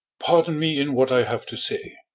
pardon me in what i have to say.